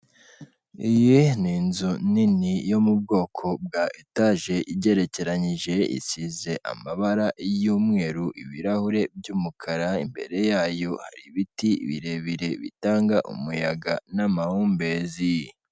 Iyi ni inzu nini yo mu bwoko bwa etaje igerekeranyije, isize amabara y'umweru ibirahure by'umukara, imbere yayo ibiti birebire bitanga umuyaga n'amahumbezi.